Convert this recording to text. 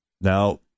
now